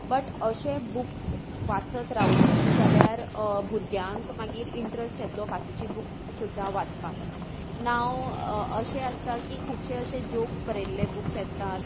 but अशे books वाचत रावली जाल्यार भुरग्यांक मागीर इंट्रस्ट येतलो बाकिची बुक्स सुद्दा वाचपाक नांव अशें आसता की खुबशे अशे जोक्स बरयल्ले बुक्स येतात